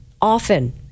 often